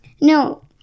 No